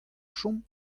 chom